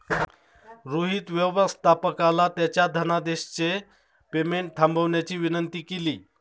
रोहित व्यवस्थापकाला त्याच्या धनादेशचे पेमेंट थांबवण्याची विनंती केली